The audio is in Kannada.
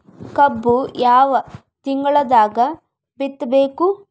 ಕಬ್ಬು ಯಾವ ತಿಂಗಳದಾಗ ಬಿತ್ತಬೇಕು?